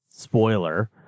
Spoiler